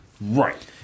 Right